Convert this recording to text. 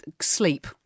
sleep